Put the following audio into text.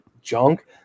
junk